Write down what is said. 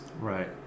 Right